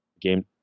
game